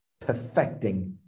perfecting